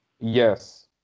Yes